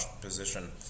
position